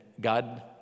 God